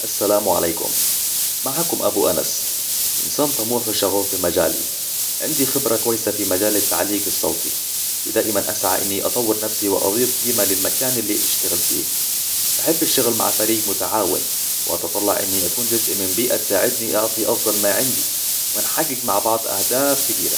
السلام عليكم معكم أبو أنس إنسان طموح وشغوف بمجالي عندي خبرة كويسة في مجال التعليق الصوتي و دائما أسعى إني أطور نفسي وأضيف قيمة للمكان اللي أشتغل فيه أحب الشغل مع فريق متعاون وأتطلع إني أكون جزء من بيئة تساعدني أعطي أفضل ما عندي ونحقق مع بعض أهداف كبيرة